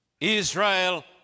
Israel